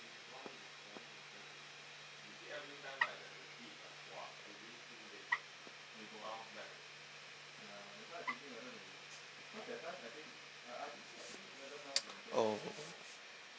oh